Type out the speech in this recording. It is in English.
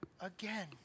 again